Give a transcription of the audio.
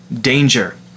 danger